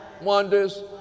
wonders